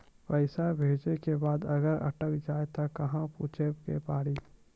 पैसा भेजै के बाद अगर अटक जाए ता कहां पूछे के पड़ी?